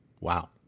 Wow